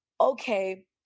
okay